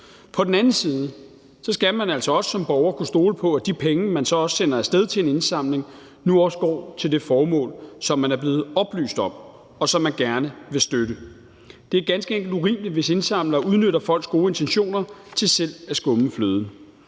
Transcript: På den anden side skal man altså også som borger kunne stole på, at de penge, man så sender af sted til en indsamling, nu også går til det formål, som man er blevet oplyst om, og som man gerne vil støtte. Det er ganske enkelt urimeligt, hvis indsamlere udnytter folks gode intentioner til selv at skumme fløden.